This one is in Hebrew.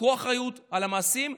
תיקחו אחריות על המעשים,